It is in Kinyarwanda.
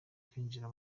kwinjira